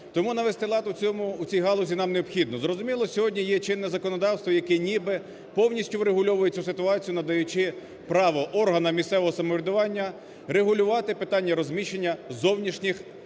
Тому навести лад у цьому… у цій галузі нам необхідно. Зрозуміло, сьогодні є чинне законодавство, яке ніби повністю врегульовує цю ситуацію, надаючи право органам місцевого самоврядування регулювати питання розміщення зовнішніх носіїв